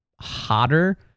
hotter